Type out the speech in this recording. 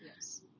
yes